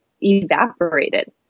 evaporated